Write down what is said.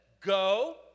Go